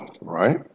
right